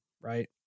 right